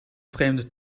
vreemde